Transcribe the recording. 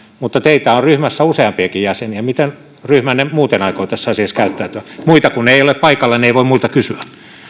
mutta teitä on ryhmässä useampiakin jäseniä miten ryhmänne muuten aikoo tässä asiassa käyttäytyä muita kun ei ole paikalla niin ei voi muilta kysyä